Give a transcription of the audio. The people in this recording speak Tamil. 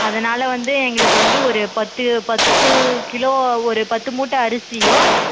அதனால் வந்து எங்களுக்கு வந்து ஒரு பத்து பத்து கிலோ ஒரு பத்து மூட்டை அரிசியும்